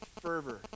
fervor